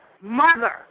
Mother